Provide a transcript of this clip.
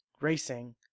racing